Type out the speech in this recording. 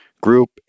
group